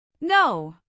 No